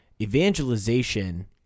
evangelization